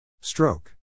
Stroke